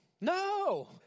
no